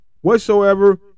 Whatsoever